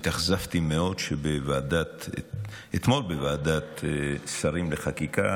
התאכזבתי מאוד שאתמול בוועדת שרים לחקיקה